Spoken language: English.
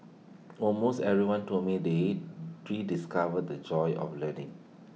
almost everyone told me they rediscovered the joy of learning